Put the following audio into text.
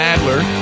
Adler